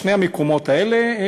שני המקומות האלה,